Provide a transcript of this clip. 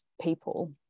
people